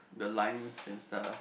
the lines and stuff